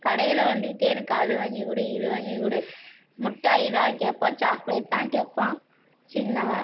கடையில் வந்துக்கிட்டு எனக்கு அது வாங்கி கொடு இது வாங்கி கொடு முட்டாய் தான் கேட்பான் சாக்லேட் தான் கேட்பான் சின்னவன்